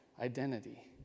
identity